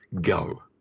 go